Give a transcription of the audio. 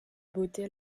beauté